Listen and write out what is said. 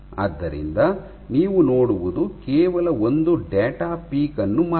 ಆದ್ದರಿಂದ ನೀವು ನೋಡುವುದು ಕೇವಲ ಒಂದು ಡೇಟಾ ಪೀಕ್ ಅನ್ನು ಮಾತ್ರ